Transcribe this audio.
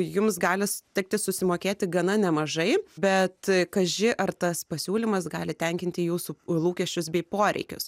jums gali tekti susimokėti gana nemažai bet kaži ar tas pasiūlymas gali tenkinti jūsų lūkesčius bei poreikius